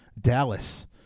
Dallas